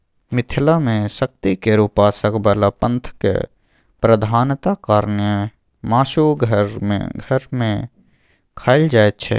मिथिला मे शक्ति केर उपासक बला पंथक प्रधानता कारणेँ मासु घर घर मे खाएल जाइत छै